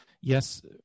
yes